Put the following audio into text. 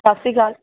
ਸਤਿ ਸ਼੍ਰੀ ਅਕਾਲ